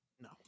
No